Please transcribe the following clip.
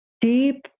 deep